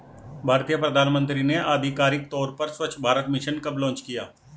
भारतीय प्रधानमंत्री ने आधिकारिक तौर पर स्वच्छ भारत मिशन कब लॉन्च किया?